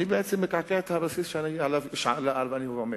אני בעצם מקעקע את הבסיס שעליו אני עומד.